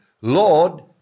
Lord